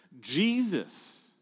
Jesus